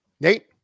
Nate